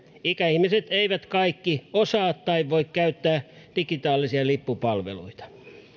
ikäihmiset eivät kaikki osaa tai voi käyttää digitaalisia lippupalveluita